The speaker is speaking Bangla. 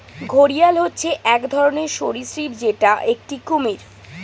ঘড়িয়াল হচ্ছে এক ধরনের সরীসৃপ যেটা একটি কুমির